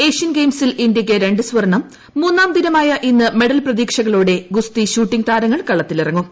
Asian ഗെയിംസിൽ ഇന്ത്യയ്ക്ക് രണ്ട് സ്വർണം മൂന്നാം ന് ദിനമായ ഇന്ന് മെഡൽ പ്രതീക്ഷകളോടെ ഗുസ്തി ഷൂട്ടിംഗ് താരങ്ങൾ കളത്തിലിറങ്ങും